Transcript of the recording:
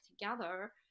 together